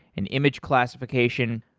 and image classification.